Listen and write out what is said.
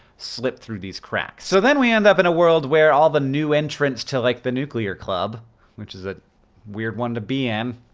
slip through these cracks. so then we end up in a world where all the new entrants to like the nuclear club which is a weird one to be in,